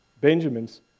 Benjamin's